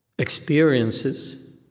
experiences